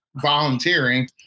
volunteering